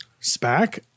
SPAC